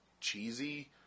cheesy